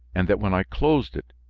and that, when i closed it,